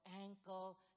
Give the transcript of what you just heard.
ankle